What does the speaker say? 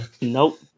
Nope